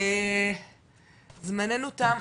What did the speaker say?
זמננו תם,